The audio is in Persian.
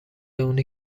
اونی